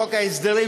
בחוק ההסדרים,